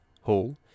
Hall